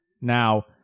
Now